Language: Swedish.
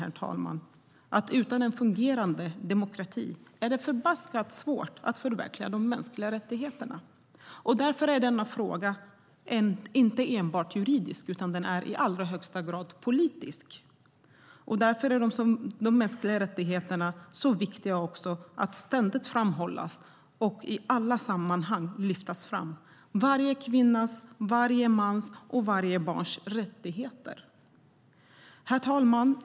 Utan en fungerande demokrati är det förbaskat svårt att förverkliga de mänskliga rättigheterna. Därför är denna fråga inte enbart juridisk utan i allra högsta grad också politisk. Och därför är de mänskliga rättigheterna också så viktiga att ständigt framhålla och i alla sammanhang lyfta fram - varje kvinnas, varje mans och varje barns rättigheter. Herr talman!